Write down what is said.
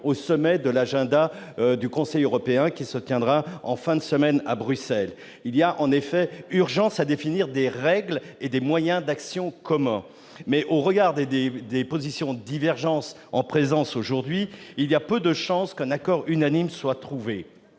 au sommet de l'agenda du Conseil européen qui se tiendra en fin de semaine à Bruxelles. Il y a urgence à définir des règles et des moyens d'action communs. Toutefois, au regard des positions très divergentes en présence, il y a peu de chances qu'un accord unanime soit trouvé.